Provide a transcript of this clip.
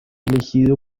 elegido